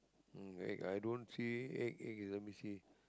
mm wait i don't see egg egg is a missy